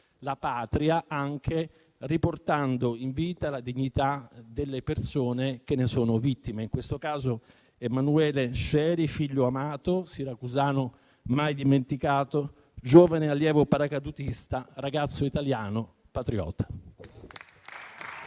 la Patria anche riportando in vita la dignità delle persone che ne sono vittime, in questo caso Emanuele Scieri, figlio amato, siracusano, mai dimenticato, giovane allievo paracadutista, ragazzo italiano, patriota.